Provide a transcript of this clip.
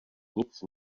nic